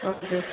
हजुर